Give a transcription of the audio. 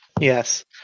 Yes